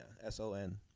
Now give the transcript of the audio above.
s-o-n